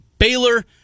Baylor